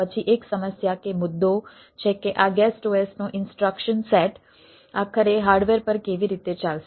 પછી એક સમસ્યા કે મુદ્દો છે કે આ ગેસ્ટ OS નો ઇન્સ્ટ્રક્શન સેટ આખરે હાર્ડવેર પર કેવી રીતે ચાલશે